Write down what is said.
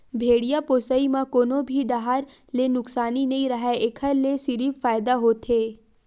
भेड़िया पोसई म कोनो भी डाहर ले नुकसानी नइ राहय एखर ले सिरिफ फायदा होथे